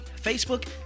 Facebook